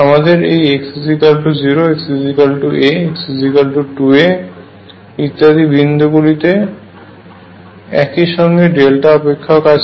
আমাদের এই x0 xa x2a ইত্যাদি বিন্দু গুলিতে একই সঙ্গে ডেল্টা অপেক্ষক আছে